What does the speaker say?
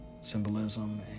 symbolism